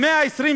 במאה ה-21,